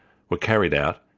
were carried out,